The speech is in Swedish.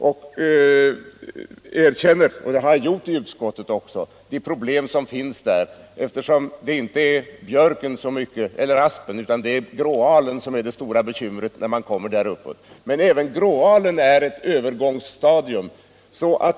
Jag erkänner — och det har jag även gjort i utskottet — de problem som där finns. Där uppe i landet är det inte så mycket björken och aspen utan gråalen som är det stora bekymret. Men gråalen är ett övergångsstadium.